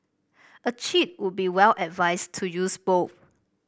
a cheat would be well advised to use both